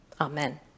Amen